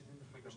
מי נגד?